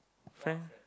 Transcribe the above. friend